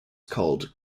called